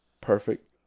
Perfect